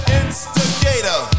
instigator